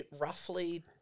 roughly